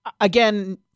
again